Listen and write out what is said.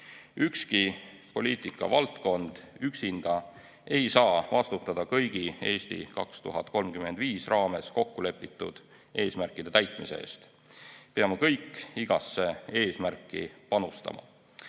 Ükski poliitikavaldkond üksinda ei saa vastutada kõigi "Eesti 2035" raames kokkulepitud eesmärkide täitmise eest. Peame kõik igasse eesmärki panustama.